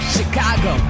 Chicago